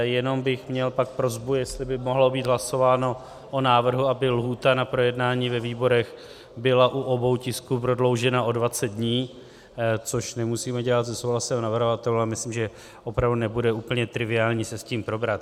Jenom bych pak měl prosbu, jestli by mohlo být hlasováno o návrhu, aby lhůta na projednání ve výborech byla u obou tisků prodloužena o 20 dní, což nemusíme dělat se souhlasem navrhovatelů, ale myslím, že opravdu nebude úplně triviální se tím probrat.